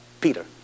Peter